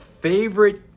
Favorite